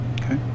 Okay